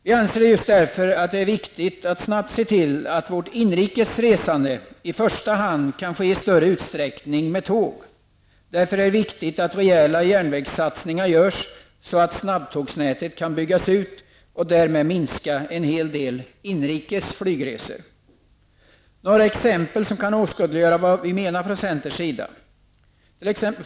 Vi anser just därför att det är viktigt att snabbt se till att vårt inrikesresande i första hand kan ske med tåg. Därför är det viktigt att rejäla järnvägssatsningar görs, så att snabbtågsnätet kan byggas ut och därmed rejält minska antalet inrikresflygresor. Några exempel kan åskådliggöra vad vi i centern menar.